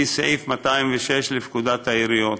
לפי סעיף 206 לפקודת העיריות.